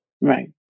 Right